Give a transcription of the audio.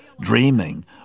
dreaming